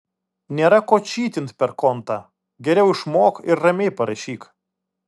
nėra ko čytint per kontą geriau išmok ir ramiai parašyk